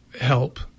help